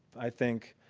i think,